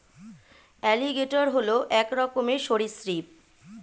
alligator হল এক রকমের সরীসৃপ